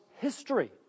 history